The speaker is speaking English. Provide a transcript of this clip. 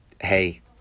hey